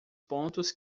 pontos